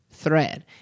thread